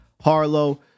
Harlow